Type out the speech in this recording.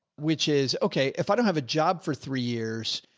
which is okay. if i don't have a job for three years,